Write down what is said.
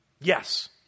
Yes